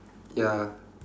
ya